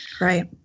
Right